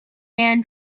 man